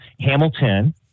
Hamilton